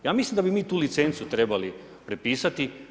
Ja mislim da bismo mi tu licencu trebali prepisati.